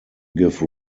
give